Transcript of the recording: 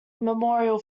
memorial